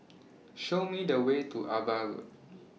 Show Me The Way to AVA Road